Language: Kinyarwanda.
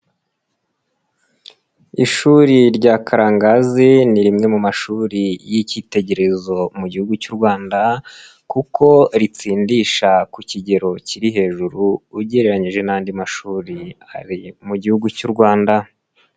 Ishuri rya Karangazi ni rimwe mu mashuri y'icyitegererezo mu gihugu cy'u Rwanda kuko ritsindisha ku kigero kiri hejuru ugereranyije n'andi mashuri ari mu gihugu cy'u Rwanda.